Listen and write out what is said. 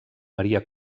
maria